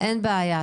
אין בעיה.